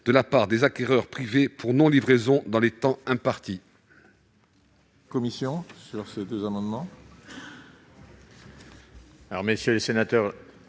de la part des acquéreurs privés pour non-livraison dans les temps impartis.